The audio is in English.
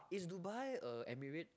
is Dubai a Emirate